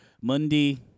Monday